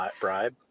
bribe